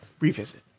revisit